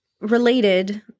related